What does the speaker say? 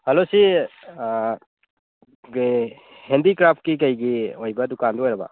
hello ꯁꯤ ꯍꯦꯟꯗꯤꯀ꯭ꯔꯥꯐꯀꯤ ꯀꯩꯒꯤ ꯑꯣꯏꯕ ꯗꯨꯀꯥꯟꯗꯨ ꯑꯣꯏꯔꯕ